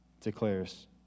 declares